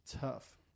tough